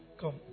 come